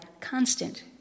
constant